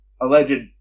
alleged